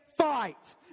fight